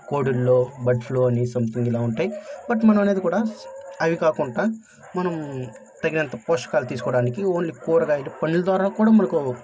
కోడిల్లో bird flu అని something ఇలా ఉంటాయి బట్ మనం అనేది కూడా అవి కాకుండా మనం తగినంత పోషకాలు తీసుకోవడానికి ఓన్లీ కూరగాయలు పండ్లు ద్వారా కూడా మనకు